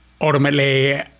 ultimately